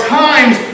times